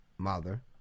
mother